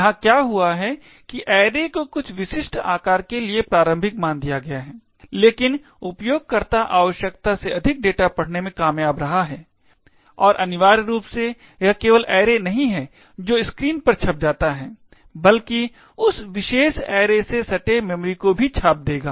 यहाँ क्या हुआ है कि ऐरे को कुछ विशिष्ट आकार के लिए प्राम्भिक मान दिया गया है लेकिन उपयोगकर्ता आवश्यकता से अधिक डेटा पढ़ने में कामयाब रहा है और अनिवार्य रूप से यह केवल ऐरे नहीं है जो स्क्रीन पर छप जाता है बल्कि उस विशेष ऐरे से सटे मेमोरी को भी छाप देगा